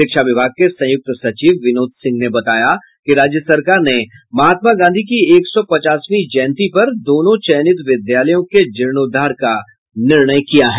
शिक्षा विभाग के संयुक्त सचिव विनोद सिंह ने बताया कि राज्य सरकार ने महात्मा गांधी की एक सौ पचासवीं जयंती पर दोनों चयनित विद्यालयों के जीर्णोधार का निर्णय किया है